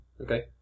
Okay